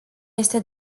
este